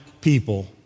people